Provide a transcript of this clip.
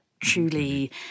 truly